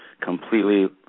completely